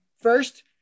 First